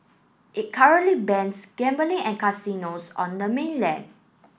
it currently bans gambling and casinos on the mainland